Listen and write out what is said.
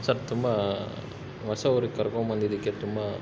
sir ತುಂಬ ಹೊಸ ಊರಿಗೆ ಕರ್ಕೊಂಬಂದಿದ್ದಕ್ಕೆ ತುಂಬ